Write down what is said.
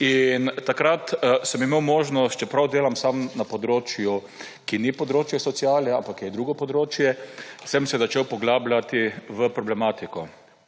Takrat sem imel možnost, čeprav sam delam na področju, ki ni področje sociale, ampak je drugo področje, da sem se začel poglabljati v problematiko.